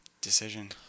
decision